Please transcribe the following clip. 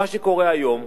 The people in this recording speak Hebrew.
מה שקורה היום: